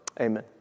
Amen